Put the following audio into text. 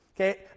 Okay